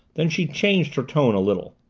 then she changed her tone a little.